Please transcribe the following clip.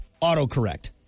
auto-correct